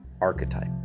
Archetype